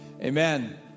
Amen